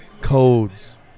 codes